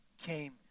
came